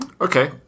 Okay